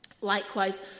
Likewise